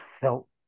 felt